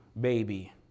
baby